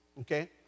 okay